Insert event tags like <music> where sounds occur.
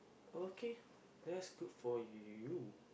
okay <breath> that's good for you